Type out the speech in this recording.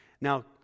Now